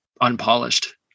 unpolished